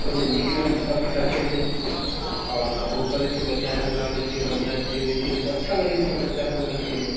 ओहिमे नीक लगैत छै सबके देखैमे आओर कहबो करैत छै बढ़िआँ सङ्ग्रहालय छै बढ़िआँ छै मियुजियम छै अच्छा लगैए सब बच्चा सबके देखैमे